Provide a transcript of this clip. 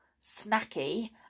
snacky